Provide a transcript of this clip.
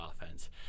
offense